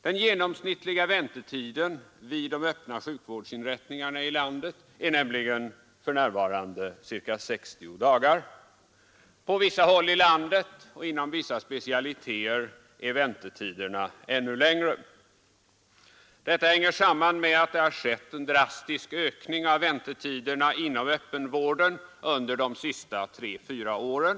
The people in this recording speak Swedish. Den genomsnittliga väntetiden vid de öppna sjukvårdsinrättningarna i landet är nämligen för närvarande ca 60 dagar. På vissa håll i landet och inom vissa specialiteter är väntetiderna ännu längre. Detta hänger samman med att det har skett en drastisk ökning av väntetiderna inom öppenvården under de senaste tre fyra åren.